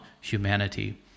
humanity